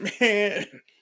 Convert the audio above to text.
Man